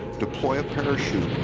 deploy a parachute.